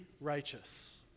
righteous